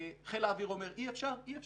חיל האוויר אומר, אי אפשר, אז אי אפשר.